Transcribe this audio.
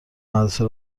مدرسه